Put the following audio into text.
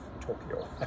Tokyo